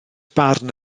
barn